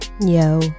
Yo